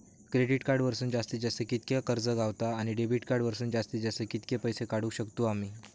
Credit card वरसून जास्तीत जास्त कितक्या कर्ज गावता, आणि डेबिट कार्ड वरसून जास्तीत जास्त कितके पैसे काढुक शकतू आम्ही?